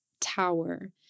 tower